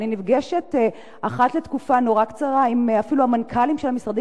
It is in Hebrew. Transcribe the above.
ואני נפגשת אחת לתקופה נורא קצרה אפילו עם המנכ"לים של המשרדים.